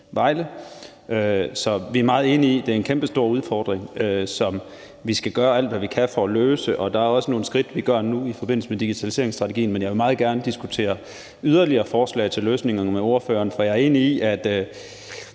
vi er meget enige i, at det er en kæmpestor udfordring, som vi skal gøre alt, hvad vi kan, for at løse. Der er også nogle skridt, vi tager nu i forbindelse med digitaliseringsstrategien, men jeg vil meget gerne diskutere yderligere forslag til løsningerne med ordføreren, for jeg er enig i, at